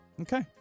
Okay